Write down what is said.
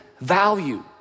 value